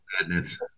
Madness